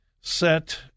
set